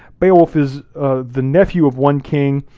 beowulf is the nephew of one king,